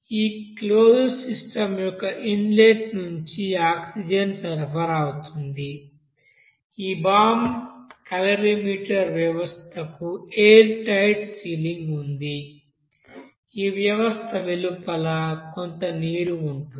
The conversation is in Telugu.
ఈ క్లోజ్డ్ సిస్టమ్ యొక్క ఇన్లెట్ నుండి ఆక్సిజన్ సరఫరా అవుతుంది ఈ బాంబు క్యాలరీమీటర్ వ్యవస్థకు ఎయిర్ టైట్ సీలింగ్ ఉంటుంది ఈ వ్యవస్థ వెలుపల కొంత నీరు ఉంటుంది